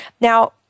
Now